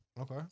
Okay